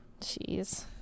Jeez